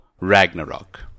ragnarok